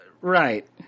right